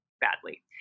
badly